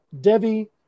Debbie